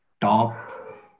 top